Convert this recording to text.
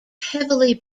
heavily